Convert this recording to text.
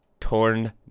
Torn